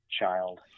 child